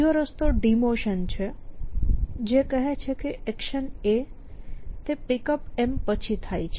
બીજો રસ્તો ડિમોશન છે જે કહે છે કે એક્શન A તે Pickup પછી થાય છે